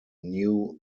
new